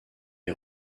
est